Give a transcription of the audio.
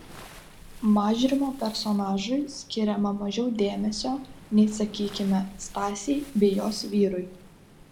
mažrimo personažui skiriama mažiau dėmesio nei sakykime stasei bei jos vyrui